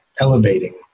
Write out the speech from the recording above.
elevating